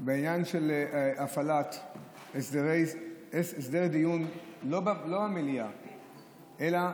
בעניין של הפעלת הסדר הדיון, לא במליאה, אלא